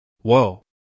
Whoa